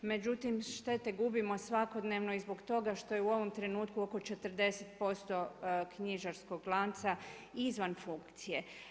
Međutim štete gubimo svakodnevno i zbog toga što je u ovom trenutku oko 40% knjižarskog lanca izvan funkcije.